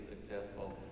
successful